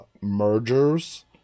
mergers